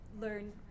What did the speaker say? learn